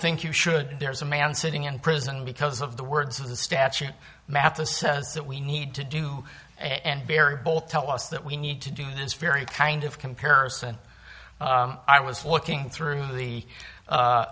think you should there's a man sitting in prison because of the words of the statute matha says that we need to do and very both tell us that we need to do this very kind of comparison i was looking through the